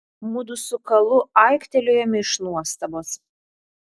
mudu su kalu aiktelėjome iš nuostabos